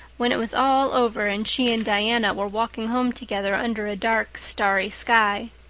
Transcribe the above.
when it was all over and she and diana were walking home together under a dark, starry sky.